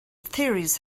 theories